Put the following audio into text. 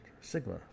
Sigma